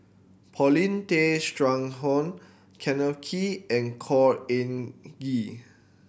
Paulin Tay Straughan Kenneth Kee and Khor Ean Ghee